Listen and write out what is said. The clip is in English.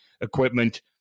equipment